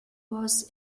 was